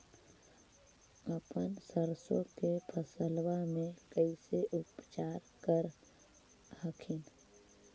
अपन सरसो के फसल्बा मे कैसे उपचार कर हखिन?